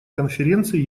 конференции